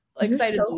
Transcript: excited